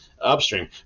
upstream